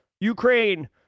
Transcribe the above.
Ukraine